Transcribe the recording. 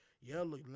Yellow